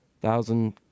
thousand